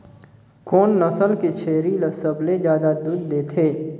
कोन नस्ल के छेरी ल सबले ज्यादा दूध देथे?